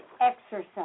exercise